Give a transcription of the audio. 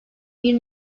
bir